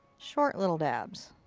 short little dabs.